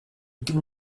can